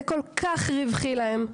זה כל כך רווחי להם,